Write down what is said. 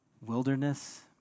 Wilderness